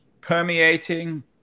permeating